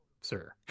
sir